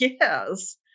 yes